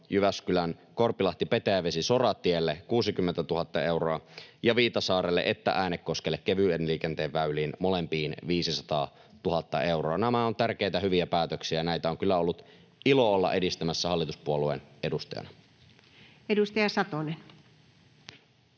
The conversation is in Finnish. Jyväskylän Korpilahti—Petäjävesi-soratielle 60 000 euroa ja sekä Viitasaarelle että Äänekoskelle kevyen liikenteen väyliin molempiin 500 000 euroa. Nämä ovat tärkeitä, hyviä päätöksiä. Näitä on kyllä ollut ilo olla edistämässä hallituspuolueen edustajana. [Speech